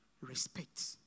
respect